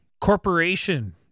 Corporation